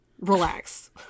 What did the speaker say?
relax